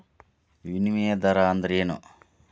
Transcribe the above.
ವಿನಿಮಯ ದರ ಅಂದ್ರೇನು?